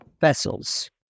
vessels